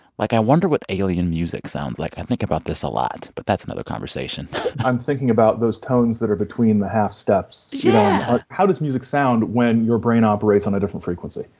like, i wonder what alien music sounds like. i think about this a lot, but that's another conversation i'm thinking about those tones that are between the half steps yeah how does music sound when your brain operates on a different frequency?